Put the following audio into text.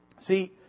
See